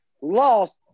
Lost